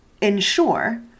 ensure